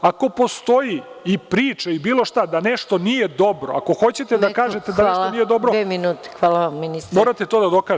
Ako postoji i priča i bilo šta da nešto nije dobro, ako hoćete da kažete da to nije dobro, morate to da dokažete.